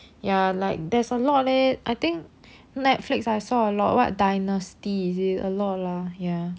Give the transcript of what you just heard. ya like there's a lot leh I think netflix I saw a lot what dynasty is it a lot lah ya